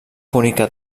púnica